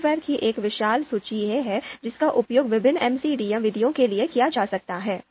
software की एक विशाल सूची है जिसका उपयोग विभिन्न एमसीडीए विधियों के लिए किया जा सकता है